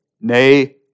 nay